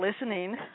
listening